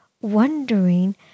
wondering